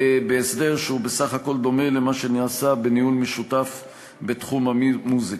בהסדר שהוא סך הכול דומה למה שנעשה בניהול משותף בתחום המוזיקה.